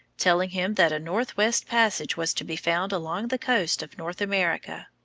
telling him that a northwest passage was to be found along the coast of north america,